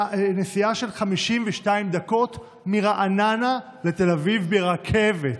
נסיעה של 52 דקות מרעננה לתל אביב ברכבת.